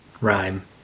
rhyme